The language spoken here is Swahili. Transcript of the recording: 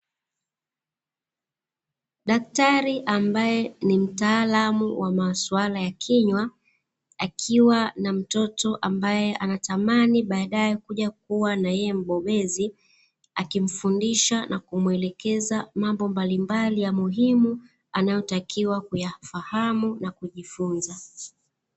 Daktari ambae ni mtaalamu wa maswala ya kinywa, akiwa na mtoto ambae anatamani baadae kuja kuwa na yeye mbobezi akimfundisha na kumuelekeza mambo mbalimbali muhimu anayotakiwa kuyafahamu na kujifunza.